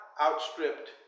outstripped